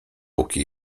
póki